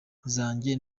zanjye